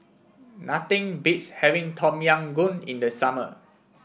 nothing beats having Tom Yam Goong in the summer